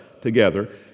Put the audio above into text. together